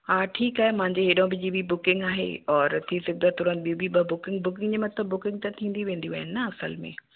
हा ठीकु आहे मुंहिंजो एॾा जी बि बुकिंग आहे और थी सघंदो आहे थोरा ॿी बि ॿ बुकिंग बुकिंग जे मथां बुकिंग त थींदी वेंदियूं आहिनि न असुल में